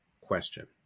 question